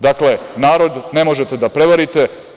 Dakle, narod ne možete da prevarite.